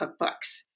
cookbooks